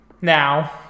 now